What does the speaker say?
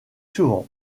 souvent